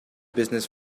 business